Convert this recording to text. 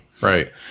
right